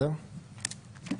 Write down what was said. בסדר גמור,